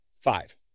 five